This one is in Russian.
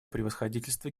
превосходительство